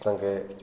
ତାଙ୍କେ